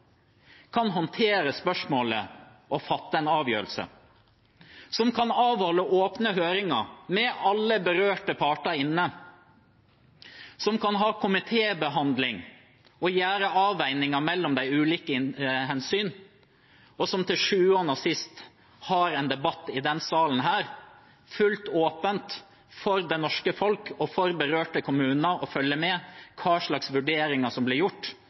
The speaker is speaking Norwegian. kan håndtere spørsmålet og fatte en avgjørelse, som kan avholde åpne høringer med alle berørte parter, som kan komitébehandle og gjøre avveininger mellom de ulike hensyn, og som til syvende og sist har en debatt i denne sal – helt åpent, så det norske folk og berørte kommuner kan følge med på hva slags vurderinger som blir gjort,